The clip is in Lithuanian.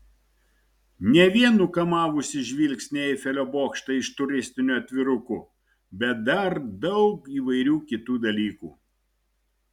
ne vien nukamavusį žvilgsnį eifelio bokštą iš turistinių atvirukų bet dar daug įvairių kitų dalykų